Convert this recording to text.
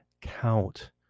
Count